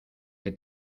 que